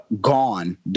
gone